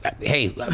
hey